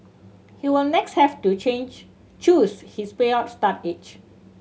he would next have to change choose his payout start age